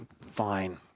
Fine